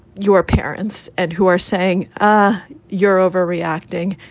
your parents and who are saying ah you're overreacting,